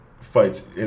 fights